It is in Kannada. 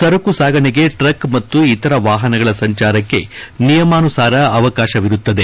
ಸರಕು ಸಾಗಣೆಗೆ ಟ್ರಕ್ ಮತ್ತು ಇತರ ವಾಹನಗಳ ಸಂಚಾರಕ್ಕೆ ನಿಯಮಾನುಸಾರ ಅವಕಾಶವಿರುತ್ತದೆ